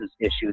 issues